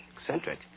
Eccentric